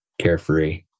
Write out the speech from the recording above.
carefree